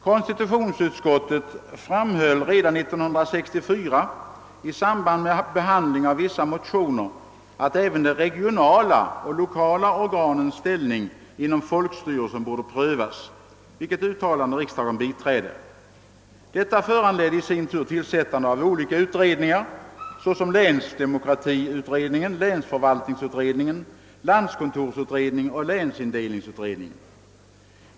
Konstitutionsutskottet framhöll redan 1964 i samband med behandlingen av vissa motioner, att även de regionala och lokala organens ställning inom folkstyrelsen borde bli föremål för prövning. Riksdagen biträdde detta uttalande, vilket i sin tur föranledde tillsättande av olika utredningar som länsdemokratiutredningen, länsförvaltningsutredningen, landskontorsutredningen och "länsindelningsutredningen.